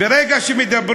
נשען?